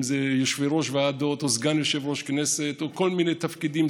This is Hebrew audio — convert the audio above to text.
אם זה יושבי-ראש ועדות או סגן יושב-ראש כנסת או כל מיני תפקידים,